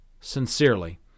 Sincerely